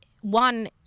one